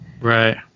Right